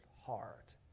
heart